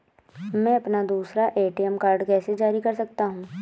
मैं अपना दूसरा ए.टी.एम कार्ड कैसे जारी कर सकता हूँ?